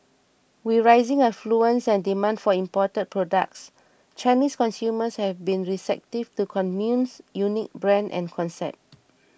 with rising affluence and demand for imported products Chinese consumers have been receptive to commune's unique brand and concept